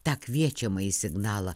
tą kviečiamąjį signalą